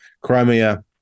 Crimea